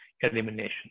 elimination